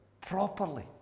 properly